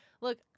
look